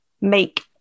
make